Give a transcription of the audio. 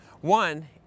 One